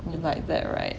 you like that [right]